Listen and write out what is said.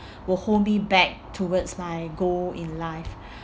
will hold me back towards my goal in life